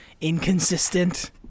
inconsistent